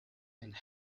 and